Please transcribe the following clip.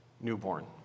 newborn